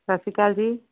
ਸਤਿ ਸ਼੍ਰੀ ਅਕਾਲ ਜੀ